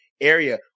area